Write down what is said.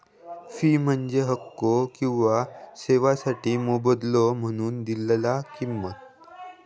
fee म्हणजे हक्को किंवा सेवोंसाठी मोबदलो म्हणून दिलेला किंमत